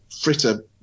fritter